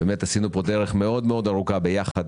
באמת עשינו פה דרך מאוד מאוד ארוכה ביחד